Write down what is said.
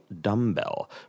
dumbbell